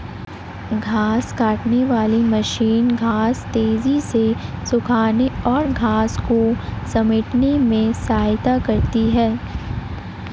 घांस काटने वाली मशीन घांस तेज़ी से सूखाने और घांस को समेटने में सहायता करता है